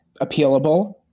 appealable